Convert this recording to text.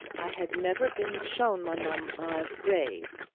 i had never been shown my mama's grave.